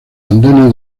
andenes